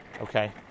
okay